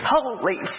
Holy